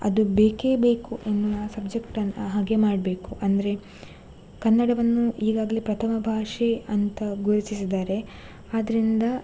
ಅದು ಬೇಕೇ ಬೇಕು ಎನ್ನುವ ಸಬ್ಜೆಕ್ಟ್ ಅನ್ನೋ ಹಾಗೆ ಮಾಡಬೇಕು ಅಂದರೆ ಕನ್ನಡವನ್ನು ಈಗಾಗಲೇ ಪ್ರಥಮ ಭಾಷೆ ಅಂತ ಘೋಷಿಸಿದ್ದಾರೆ ಆದ್ದರಿಂದ